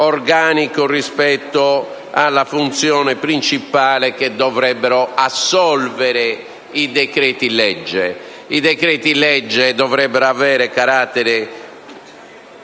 organico rispetto alla funzione principale cui dovrebbero assolvere i decreti-legge. I decreti-legge dovrebbero avere carattere